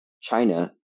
China